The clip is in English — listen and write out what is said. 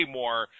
more